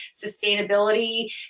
sustainability